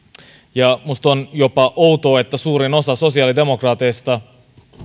minusta on jopa outoa että suurin osa sosiaalidemokraateista